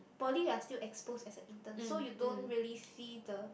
poly you're still exposed as a intern so you don't really see the